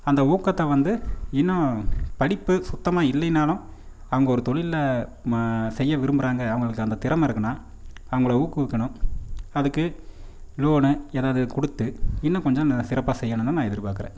அந்த ஊக்கத்தை வந்து இன்னும் படிப்பு சுத்தமாக இல்லைனாலும் அவங்க ஒரு தொழிலில் செய்ய விரும்புகிறாங்க அவங்களுக்கு அந்த திறமை இருக்குன்னா அவங்கள ஊக்குவிக்கணும் அதுக்கு லோனு ஏதாவது கொடுத்து இன்னும் கொஞ்சம் சிறப்பாக செய்யணும்னு நான் எதிர்பாக்குறேன்